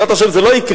בעזרת השם זה לא יקרה,